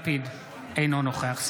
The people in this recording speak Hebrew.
אינו נוכח יאיר לפיד,